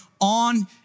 On